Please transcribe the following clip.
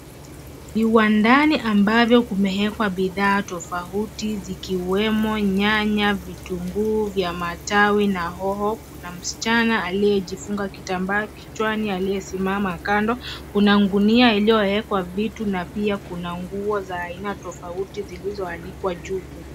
Viwandani ambavyo kumewekwa bidhaa tofauti zikiwemo; nyanya, vitunguu vya matawi na hoho, kuna msichana aliyejifunga kitambaa kichwani alie simama kando, kuna ngunia ilio ekwa vitu na pia kuna nguo za aina tofauti zilizo anikwa juu.